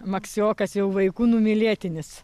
maksiokas jau vaikų numylėtinis